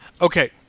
Okay